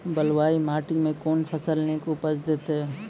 बलूआही माटि मे कून फसल नीक उपज देतै?